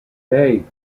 hey